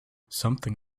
something